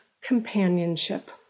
companionship